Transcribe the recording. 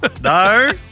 No